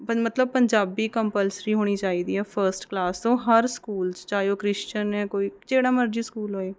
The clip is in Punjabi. ਪੰ ਮਤਲਬ ਪੰਜਾਬੀ ਕੰਪਲਸਰੀ ਹੋਣੀ ਚਾਹੀਦੀ ਹੈ ਫਸਟ ਕਲਾਸ ਤੋਂ ਹਰ ਸਕੂਲ 'ਚ ਚਾਹੇ ਉਹ ਕ੍ਰਿਸਚਨ ਹੈ ਕੋਈ ਜਿਹੜਾ ਮਰਜ਼ੀ ਸਕੂਲ ਹੋਏ